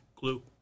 Glue